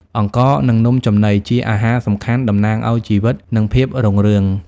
អង្ករ និងនំចំណី ជាអាហារសំខាន់ តំណាងឱ្យជីវិត និងភាពរុងរឿង។